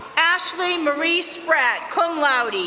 ashley marie sprat, cum laude,